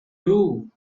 too